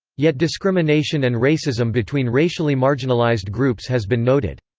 yet discrimination and racism between racially marginalized groups has been noted.